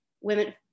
women